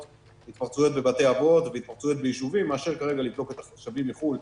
התפרצויות בבתי אבות וביישובים מאשר לבדוק את השבים מחו"ל.